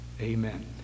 amen